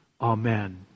Amen